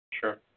Sure